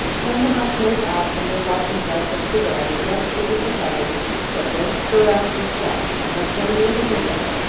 send the housemaid out in your walking dress of to-day, just as you propose but don't stir out yourself, and don't go near the window.